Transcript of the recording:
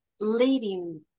leading